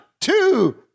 two